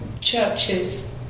churches